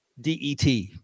DET